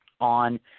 On